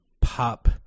pop